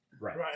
Right